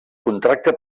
contracte